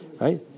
right